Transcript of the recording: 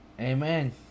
Amen